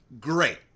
Great